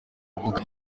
rubuga